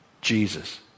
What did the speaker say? Jesus